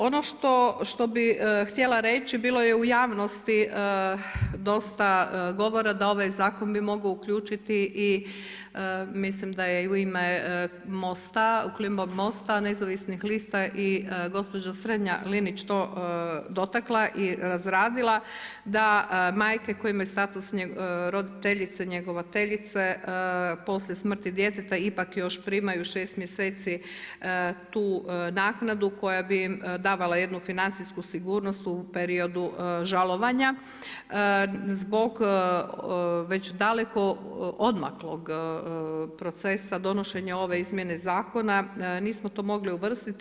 Ono što bih htjela reći, bilo je u javnosti dosta govora da ovaj zakon bi mogao uključiti i mislim da je i u ime MOST-a u … [[Govornica se ne razumije.]] nezavisnih lista i gospođa Strenja Linić dotakla i razradila, da majke koje imaju status roditeljice, njegovateljice poslije smrti djeteta ipak još primaju šest mjeseci tu naknadu koja bi im davala jednu financijsku sigurnost u periodu žalovanja zbog već daleko odmaklog procesa donošenja ove izmjene zakona nismo to mogli uvrstiti.